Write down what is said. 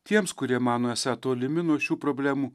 tiems kurie mano esą tolimi nuo šių problemų